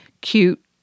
cute